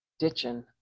Ditching